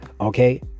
okay